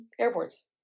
airports